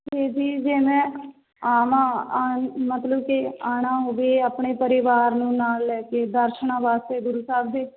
ਜੀ ਜੀ ਜੇ ਮੈਂ ਆਵਾਂ ਮਤਲਬ ਕਿ ਆਉਣਾ ਹੋਵੇ ਆਪਣੇ ਪਰਿਵਾਰ ਨੂੰ ਨਾਲ ਲੈ ਕੇ ਦਰਸ਼ਨਾਂ ਵਾਸਤੇ ਗੁਰੂ ਸਾਹਿਬ ਦੇ